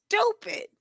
stupid